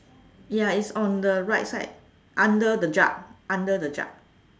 ya it's on the right side under the jug under the jug